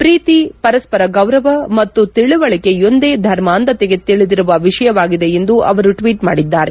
ಪ್ರೀತಿ ಪರಸ್ಪರ ಗೌರವ ಮತ್ತು ತಿಳುವಳಿಕೆಯೊಂದೇ ಧರ್ಮಾಂಧತೆಗೆ ತಿಳಿದಿರುವ ವಿಷಯವಾಗಿದೆ ಎಂದು ಅವರು ಟ್ವೀಟ್ ಮಾಡಿದ್ದಾರೆ